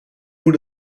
moet